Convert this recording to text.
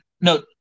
no